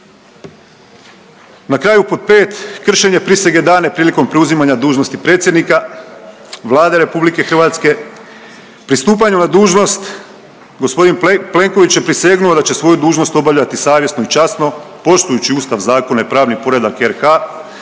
Na kraju pod pet kršenje prisege dane prilikom preuzimanja dužnosti predsjednika Vlade Republike Hrvatske. Pri stupanju na dužnost gospodin Plenković je prisegnuo da će svoju dužnost obavljati savjesno i časno poštujući Ustav, zakone, pravni poredak RH.